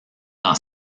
dans